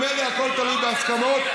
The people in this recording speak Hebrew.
ממילא הכול תלוי בהסכמות,